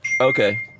Okay